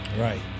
Right